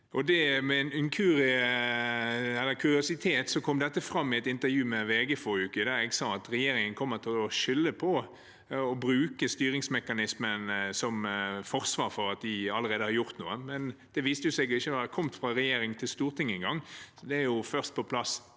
Som en kuriositet kom dette fram i et intervju med VG i forrige uke, der jeg sa at regjeringen kommer til å skylde på styringsmekanismen og bruke den som forsvar for at de allerede har gjort noe, men dette viste seg ikke engang å ha kommet fra regjering til storting. Det er jo først på plass